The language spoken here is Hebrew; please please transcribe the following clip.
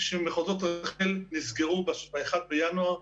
שמחוזות רח"ל נסגרו ב-1 בינואר,